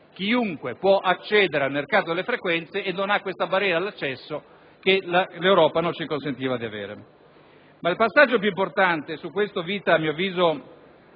chiunque può accedere al mercato delle frequenze e non ha questa barriera all'accesso che l'Europa non ci consentiva di avere. Ma il passaggio più importante (su questo il senatore Vita, a mio avviso,